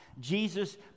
Jesus